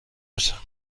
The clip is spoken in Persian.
بشم